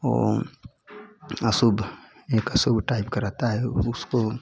वह असुभ एक अशुभ टाइप का रहता है उसको